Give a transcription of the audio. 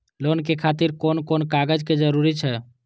Loan के खातिर कोन कोन कागज के जरूरी छै?